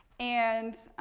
and,